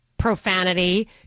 Profanity